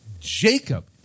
Jacob